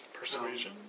Persuasion